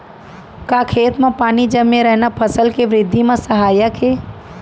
का खेत म पानी जमे रहना फसल के वृद्धि म सहायक हे?